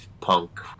punk